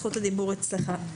זכות הדיבור אצלך.